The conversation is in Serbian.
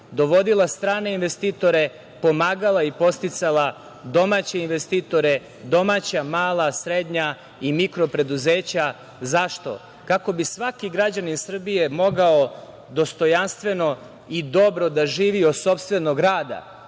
dovodila strane investitore, pomagala i podsticala domaće investitore, domaća mala, srednja i mikro preduzeća.Zašto? Kako bi svaki građanin Srbije mogao dostojanstveno i dobro da živi od sopstvenog rada.